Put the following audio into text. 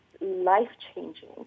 life-changing